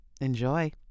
enjoy